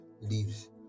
leaves